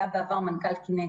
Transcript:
מנכ"ל "קינטיקס"